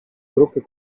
grupy